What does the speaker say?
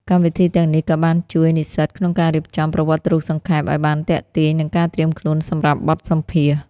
កម្មវិធីទាំងនេះក៏បានជួយនិស្សិតក្នុងការរៀបចំ ប្រវត្តិរូបសង្ខេប ឱ្យបានទាក់ទាញ និងការត្រៀមខ្លួនសម្រាប់បទសម្ភាសន៍។